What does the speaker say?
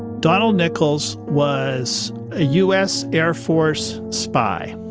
donald nichols was a u s. air force spy.